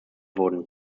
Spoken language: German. wurden